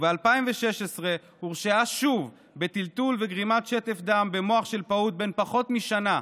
וב-2016 הורשעה שוב בטלטול וגרימת שטף דם במוח של פעוט בן פחות משנה.